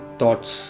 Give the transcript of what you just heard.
thoughts